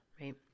right